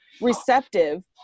receptive